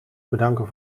bedanken